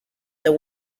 that